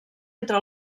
entre